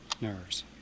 Nerves